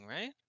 right